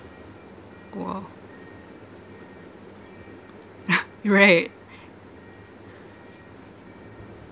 !whoa! right